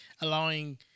allowing